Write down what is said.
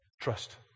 Trust